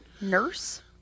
Nurse